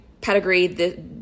pedigree